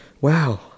Wow